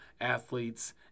athletes